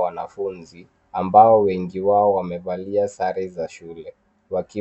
Wanafunzi wamevalia sare za shule,